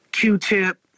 Q-tip